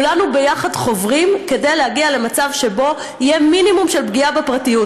כולנו יחד חוברים כדי להגיע למצב שבו יהיה מינימום של פגיעה בפרטיות.